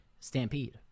Stampede